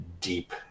deep